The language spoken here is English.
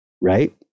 right